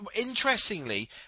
interestingly